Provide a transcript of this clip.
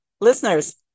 Listeners